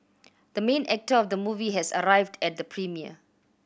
the main actor of the movie has arrived at the premiere